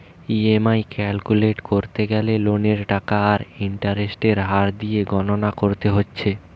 EMI calculate কোরতে গ্যালে লোনের টাকা আর ইন্টারেস্টের হার দিয়ে গণনা কোরতে হচ্ছে